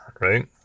right